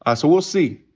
ah so we'll see.